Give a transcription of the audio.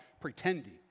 pretending